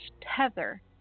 tether